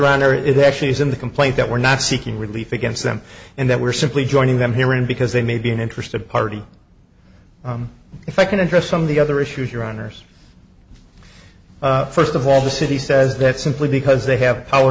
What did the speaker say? honor it actually is in the complaint that we're not seeking relief against them and that we're simply joining them here in because they may be an interested party if i can address some of the other issues your honor's first of all the city says that simply because they have power